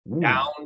down